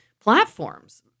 platforms